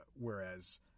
Whereas